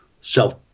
self